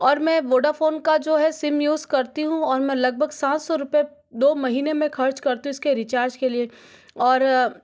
और मैं वोडाफ़ोन का जो है सिम यूज़ करती हूँ और मैं लगभग सात सौ रुपए दो महीने में खर्च करती हूँ उसके रिचार्ज के लिए और